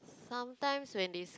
sometimes when they